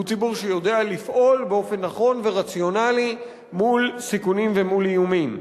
הוא ציבור שיודע לפעול באופן נכון ורציונלי מול סיכונים ומול איומים.